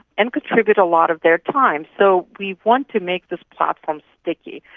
and contribute a lot of their time. so we want to make this platform sticky,